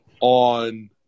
on –